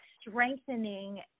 strengthening